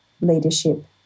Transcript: leadership